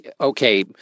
okay